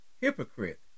Hypocrite